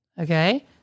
Okay